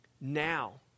Now